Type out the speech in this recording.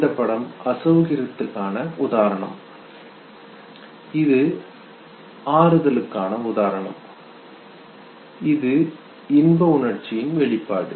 இந்தப்படம் அசௌகரியத்திற்கு உதாரணம் இது ஆறுதலுக்கான உதாரணம் இது இன்ப உணர்ச்சியின் வெளிப்பாடு